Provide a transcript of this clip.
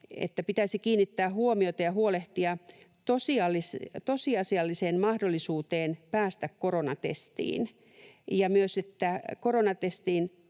siitä ja kiinnittää huomiota ”tosiasialliseen mahdollisuuteen päästä koronatestiin”, ja myös, että ”koronatestit